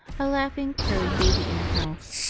a laughing, crowing baby in a house,